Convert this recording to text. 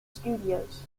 studios